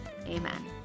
amen